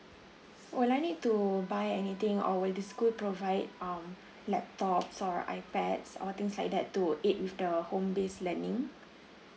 will I need to buy anything or will the school provide um laptops or ipads or things like that to aid with the home based learning